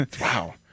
wow